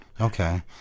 okay